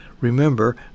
Remember